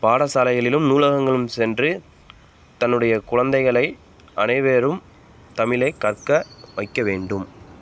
பாடசாலைகளிலும் நூலகங்களும் சென்று தன்னுடைய குழந்தைகளை அனைவரும் தமிழை கற்க வைக்க வேண்டும்